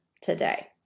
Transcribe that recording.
today